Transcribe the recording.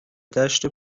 دشت